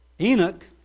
Enoch